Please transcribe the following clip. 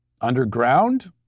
underground